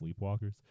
sleepwalkers